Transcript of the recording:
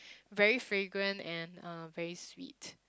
very fragrant and uh very sweet